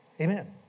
Amen